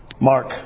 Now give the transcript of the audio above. Mark